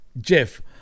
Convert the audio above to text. jeff